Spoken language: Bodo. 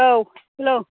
औ हेल'